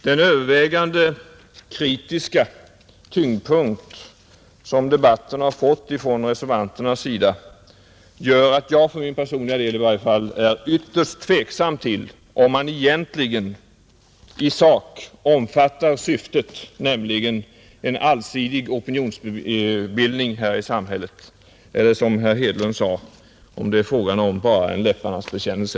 Den övervägande kritiska tyngdpunkt som reservanterna har givit debatten gör att jag — för min personliga del i varje fall — är ytterst tveksam, huruvida man egentligen omfattar ens syftet med presstöd och annonsskatt, nämligen att säkra en allsidig opinionsbildning i samhället, eller — som herr Hedlund sade — om det bara är fråga om en läpparnas bekännelse.